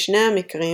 בשני המקרים,